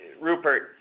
Rupert